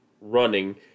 running